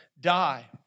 die